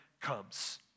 comes